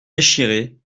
déchirés